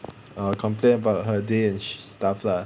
ah complain about her day and stuff lah